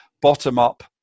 bottom-up